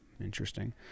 Interesting